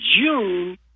June